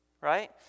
right